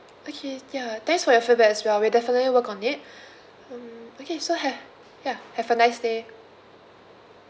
okay ya thanks for your feedback as well we'll definitely work on it um okay so have ya have a nice day